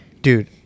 Dude